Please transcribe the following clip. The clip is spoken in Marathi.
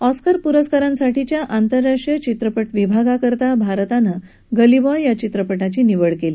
ऑस्कर पुरस्कारांसाठीच्या आंततराष्ट्रीय चित्रपट विभागासाठी भारतानं गली बॉय या चित्रपटाची निवड केली